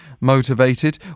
motivated